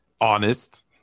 honest